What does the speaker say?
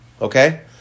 Okay